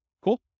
Cool